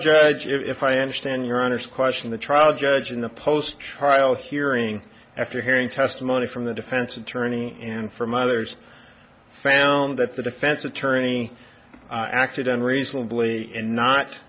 judge if i understand your honour's question the trial judge in the post trial hearing after hearing testimony from the defense attorney and from others found that the defense attorney acted unreasonably in not